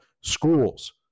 schools